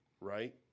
Right